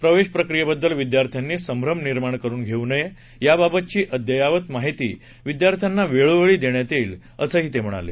प्रवेश प्रक्रियेबद्दल विद्यार्थ्यांनी संभ्रम निर्माण करून घेऊ नये याबाबतची अद्ययावत माहिती विद्यार्थ्यांना वेळोवेळी देण्यात येईल असंही ते म्हणाले